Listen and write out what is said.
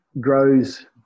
grows